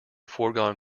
foregone